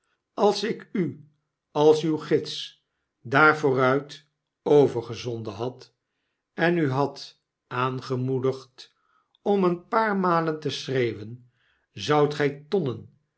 als ik u als uw gids daar vooruit overgezonden had en u had aangemoedigd om een paar malen te schreeuwen zoudt gijtonnenen